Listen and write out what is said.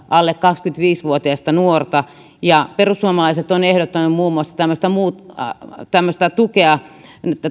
alle kaksikymmentäviisi vuotiasta nuorta työttömänä perussuomalaiset ovat ehdottaneet muun muassa tämmöistä tukea